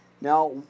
Now